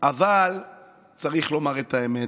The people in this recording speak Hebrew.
אבל צריך לומר את האמת,